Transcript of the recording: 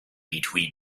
between